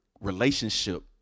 relationship